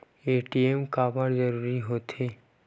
ATM काबर जरूरी हो थे?